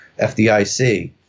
FDIC